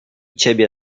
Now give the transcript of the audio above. ciebie